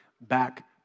back